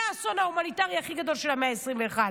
זה האסון ההומניטרי הכי גדול של המאה ה-21.